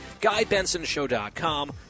GuyBensonShow.com